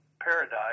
paradise